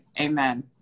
Amen